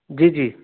جی جی